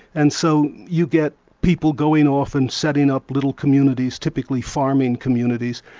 and so you get people going off and setting up little communities, typically farming communities,